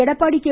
Edappadi K